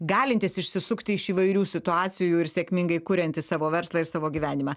galintis išsisukti iš įvairių situacijų ir sėkmingai kuriantis savo verslą ir savo gyvenimą